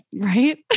Right